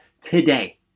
today